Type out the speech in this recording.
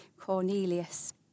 Cornelius